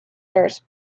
nurse